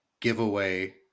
giveaway